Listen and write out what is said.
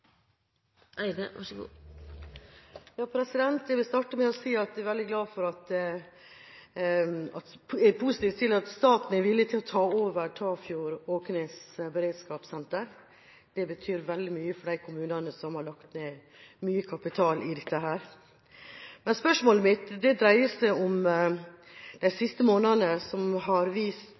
at staten er villig til å ta over Åknes/Tafjord beredskapssenter. Det betyr veldig mye for de kommunene som har lagt ned mye kapital i dette. Men spørsmålet mitt dreier seg om at de siste månedene har vist